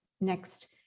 next